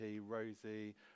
Rosie